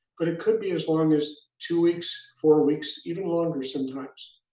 but it could be as long as two weeks, four weeks, even longer sometimes.